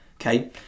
okay